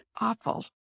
awful